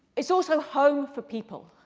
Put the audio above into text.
it's also home for people.